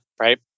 right